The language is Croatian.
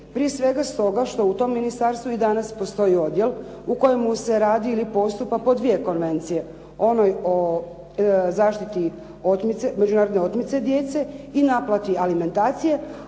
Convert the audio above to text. prije svega stoga što u tom ministarstvu i danas postoji odjel u kojemu se radi ili postupa po dvije konvencije, onoj o zaštiti međunarodne otmice djece i naplati alimentacije,